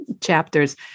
chapters